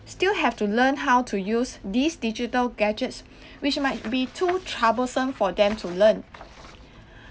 still have to learn how to use these digital gadgets which might be too troublesome for them to learn